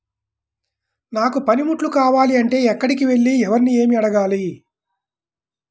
నాకు పనిముట్లు కావాలి అంటే ఎక్కడికి వెళ్లి ఎవరిని ఏమి అడగాలి?